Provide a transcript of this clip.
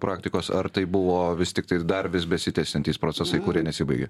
praktikos ar tai buvo vis tiktai dar vis besitęsiantys procesai kurie nesibaigia